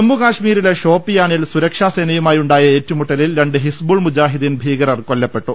ജമ്മുകശ്മീരിലെ ഷോപ്പിയാനിൽ സുരക്ഷാസേനയുമായുണ്ടായ ഏറ്റു മുട്ടലിൽ രണ്ട് ഹിസ്ബുൾ മുജാഹിദ്ദീൻ ഭീകരർ കൊല്ലപ്പെട്ടു